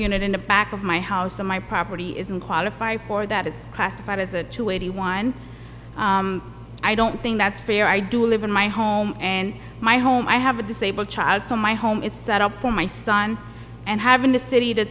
unit in the back of my house and my property isn't qualify for that is classified as a two eighty one i don't think that's fair i do live in my home and my home i have a disabled child so my home is set up for my son and haven't the city to